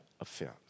offense